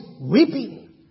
weeping